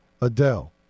Adele